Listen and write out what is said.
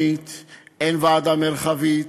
אין ועדה מקומית, אין ועדה מרחבית,